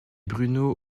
bruno